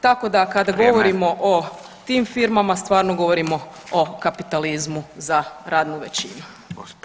Tako da kada govorimo [[Upadica: Vrijeme.]] o tim firmama, stvarno govorimo o kapitalizmu za radnu većinu.